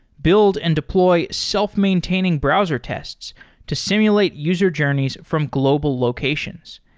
build and deploy self-maintaining browser tests to simulate user journeys from global locations.